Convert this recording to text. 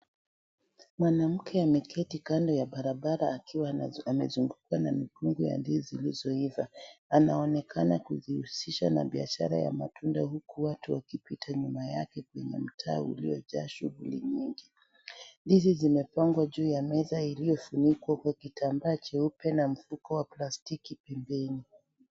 Mwanamke ameketi kando ya barabara akiwa amezungukwa na mikungu ya ndizi zilizoiva. Anaonekana kujihusisha na biashara ya matunda huku watu wakipita nyuma yake penye mtaa uliyo jaa shughuli mingi. Ndizi zimepangwa juu ya meza iliyofunikwa kwa kitambaa cheupe na mfuko wa plastiki pembeni.